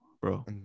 bro